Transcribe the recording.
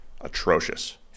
atrocious